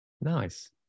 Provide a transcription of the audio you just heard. Nice